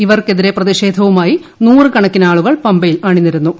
ഇവർക്കെതിരെ പ്രതിഷേധവുമായി നൂറുകണക്കിനാളുകൾ പമ്പയിലണിനിരന്നു